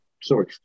Sorry